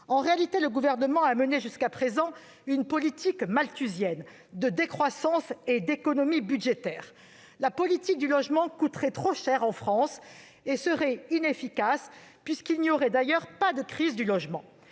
En réalité, le Gouvernement a mené jusqu'à présent une politique malthusienne de décroissance et d'économie budgétaire :« la politique du logement coûterait trop cher en France et serait inefficace, puisqu'il n'y aurait d'ailleurs pas de crise du logement